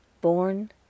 Born